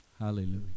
Hallelujah